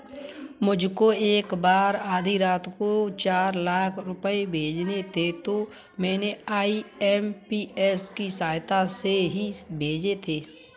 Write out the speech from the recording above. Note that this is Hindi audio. मुझको एक बार आधी रात को चार लाख रुपए भेजने थे तो मैंने आई.एम.पी.एस की सहायता से ही भेजे थे